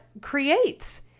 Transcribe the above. creates